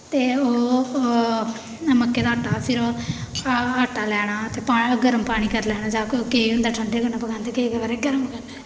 ते ओह् मक्कें दा आटा फिर आ आटा लैना ते पा गर्म पानी कर लैना जां कोई केईं होंदे ठंडे कन्नै पकांदे केईं केईं बारी गर्म कन्नै